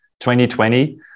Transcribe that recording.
2020